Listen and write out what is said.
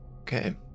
Okay